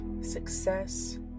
success